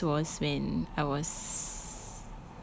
took minutes was when I was